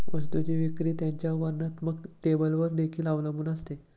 वस्तूची विक्री त्याच्या वर्णात्मक लेबलवर देखील अवलंबून असते